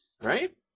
Right